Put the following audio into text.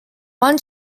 one